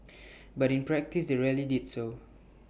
but in practice they rarely did so